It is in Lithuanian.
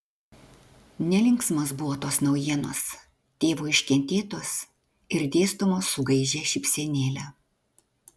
nelinksmos buvo tos naujienos tėvo iškentėtos ir dėstomos su gaižia šypsenėle